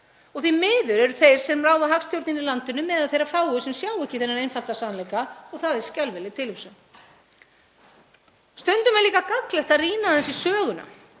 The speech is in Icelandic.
Því miður eru þeir sem ráða hagstjórninni í landinu meðal þeirra fáu sem sjá ekki þennan einfalda sannleika og það er skelfileg tilhugsun. Stundum er líka gagnlegt að rýna aðeins í söguna.